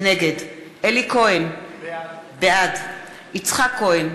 נגד אלי כהן, בעד יצחק כהן,